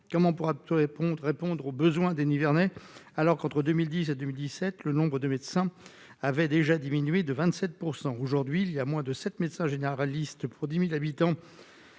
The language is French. répondre à répondre aux besoins des Nivernais alors qu'entre 2010 à 2017 le nombre de médecins avaient déjà diminué de 27 %, aujourd'hui il y a moins de 7 médecins généralistes pour 10000 habitants,